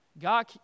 God